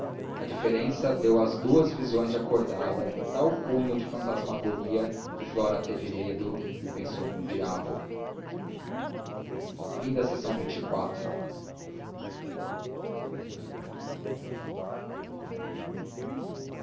a diferença deu às duas visões de acordada um tal cunho de fantasmagoria que flora teve medo e pensou no diabo lxxxi